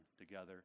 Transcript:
together